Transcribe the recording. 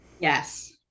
Yes